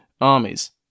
armies